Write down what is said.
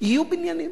יהיו בניינים.